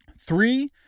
Three